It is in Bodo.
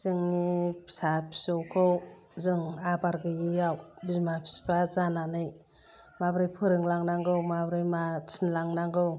जोंनि फिसा फिसौखौ जों आबार गैयैआव बिमा बिफा जानानै माब्रै फोरोंलांनांगौ माबोरै मा थिनलांनांगौ